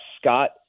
Scott